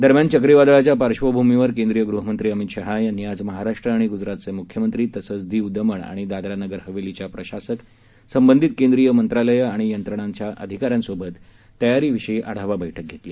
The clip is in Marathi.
दरम्यान चक्रीवादळाच्या पार्श्वभूमीवर केंद्रीय गृहमंत्री अमित शाह यांनी आज महाराष्ट्र आणि गुजरातचे मुख्यमंत्री तसंच दिव दमण आणि दादरा नगर हवेलीच्या प्रशासक संबंधित केंद्रीय मंत्रालयं आणि यंत्रणांचे अधिकाऱ्यांसोबत तयारीविषयीची आढावा बैठक घेतली